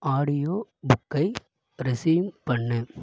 audio புக்கை resume பண்ணு